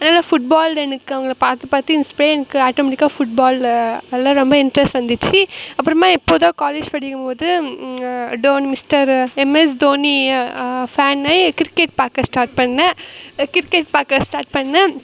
அதனால் ஃபுட்பாள் எனக்கு அவங்கள பார்த்து பார்த்து இன்ஸ்பைர் எனக்கு ஆட்டோமேட்டிக்கா ஃபுட்பாளில் அதில் ரொம்ப இன்ட்ரெஸ்ட் வந்துச்சு அப்புறமா இப்போது தான் காலேஜ் படிக்கும்போது டோன் mister MS Dhoni fan cricket பார்க்க ஸ்டார்ட் பண்ணிணேன் கிரிக்கெட் பார்க்க ஸ்டார்ட் பண்ணிணேன்